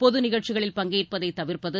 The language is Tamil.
பொது நிகழ்ச்சிகளில் பங்கேற்பதை தவிா்ப்பது